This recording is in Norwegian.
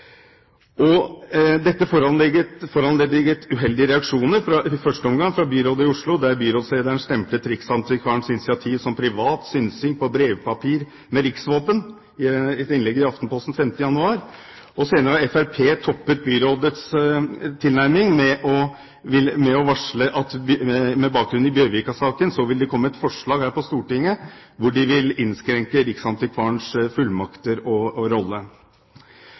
foranlediget uheldige reaksjoner, i første omgang fra byrådet i Oslo, der byrådslederen i et innlegg i Aftenposten 5. januar stemplet Riksantikvarens initiativ som «privat synsing på brevpapir med riksvåpen», og senere har Fremskrittspartiet toppet byrådets tilnærming med å varsle at med bakgrunn i Bjørvika-saken vil de komme med et forslag her på Stortinget hvor de vil innskrenke Riksantikvarens fullmakter og rolle.